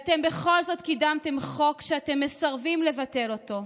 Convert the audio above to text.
אתם בכל זאת קידמתם חוק שאתם מסרבים לבטל אותו,